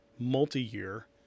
Multi-year